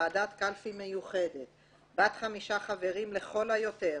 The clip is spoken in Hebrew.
ועדת קלפי מיוחדת בת חמישה חברים לכל היותר